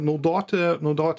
naudoti naudot